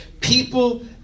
People